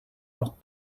not